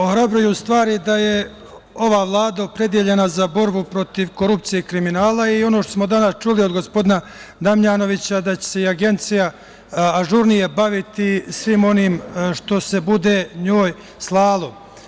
Ohrabruju stvari da je ova Vlada opredeljena za borbu protiv korupcije i kriminala i ono što smo danas čuli od gospodina Damjanovića, da će se Agencija ažurnije baviti svim onim što se bude njoj slalo.